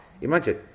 imagine